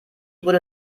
wurde